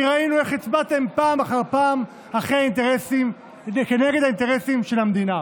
כי ראינו איך הצבעתם פעם אחר פעם כנגד האינטרסים של המדינה,